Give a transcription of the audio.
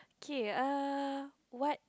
K err what